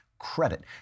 credit